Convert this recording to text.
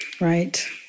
right